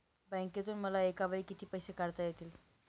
बँकेतून मला एकावेळी किती पैसे काढता येतात?